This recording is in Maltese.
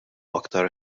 aktar